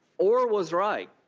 ohr was right.